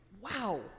wow